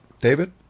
David